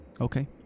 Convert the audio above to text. Okay